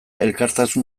elkartasun